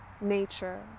nature